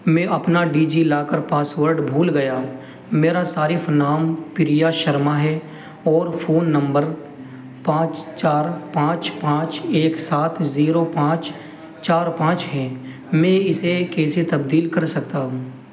میں اپنا DigiLocker password بھول گیا ہوں میرا صارف نام پریا شرما ہے اور فون نمبر پانچ چار پانچ پانچ ایک سات زیرو پانچ چار پانچ ہے میں اسے کیسے تبدیل کر سکتا ہوں